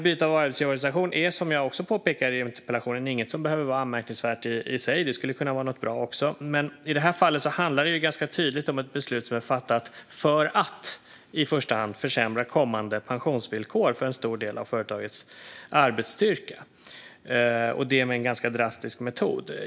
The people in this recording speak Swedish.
Byte av arbetsgivarorganisation är, som jag också påpekar i interpellationen, inget som behöver vara anmärkningsvärt i sig. Det skulle också kunna vara något bra. Men i det här fallet handlar det ganska tydligt om ett beslut som är fattat för att i första hand försämra kommande pensionsvillkor för en stor del av företagets arbetsstyrka, och det med en ganska drastisk metod.